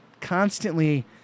constantly